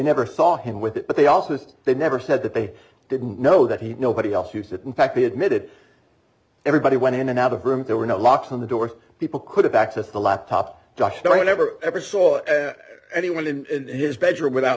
never saw him with it but they also just they never said that they didn't know that he had nobody else use it in fact he admitted everybody went in and out of room there were no locks on the door people could have access the laptop josh but i never ever saw anyone in his bedroom without